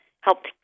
helped